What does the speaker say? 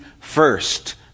first